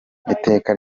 iteka